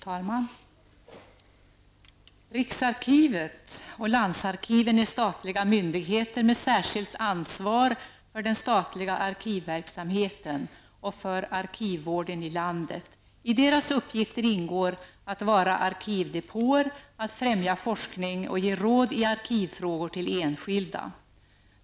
Fru talman! ''Riksarkivet och landsarkiven är statliga myndigheter med särskilt ansvar för den statliga arkivverksamheten och för arkivvården i landet. I deras uppgifter ingår att vara arkivdepåer, att främja forskning och ge råd i arkivfrågor till enskilda.''